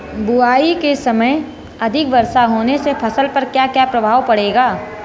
बुआई के समय अधिक वर्षा होने से फसल पर क्या क्या प्रभाव पड़ेगा?